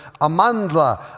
Amandla